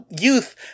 youth